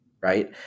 right